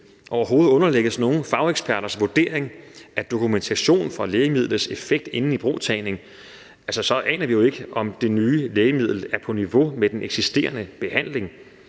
overhovedet ikke underlægges nogen fageksperters vurdering af dokumentation for lægemidlets effekt inden ibrugtagningen, aner vi jo ikke, om det nye lægemiddel er på niveau med den eksisterende behandling.